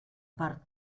part